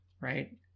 right